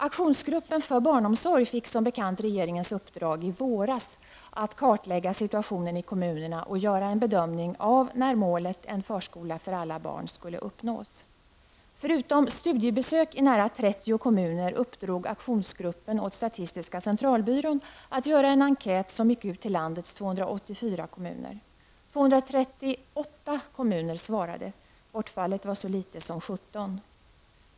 Aktionsgruppen för barnomsorg fick som bekant regeringens uppdrag i våras att kartlägga situationen i kommunerna och göra en bedömning av när målet, en förskola för alla barn, skulle uppnås. Förutom studiebesök i nära trettio kommuner uppdrog aktionsgruppen åt statistiska centralbyrån att göra en enkät som gick ut till landets 284 kommuner. 238 kommuner svarade. Bortfallet var så litet som 17.